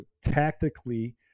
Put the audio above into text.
tactically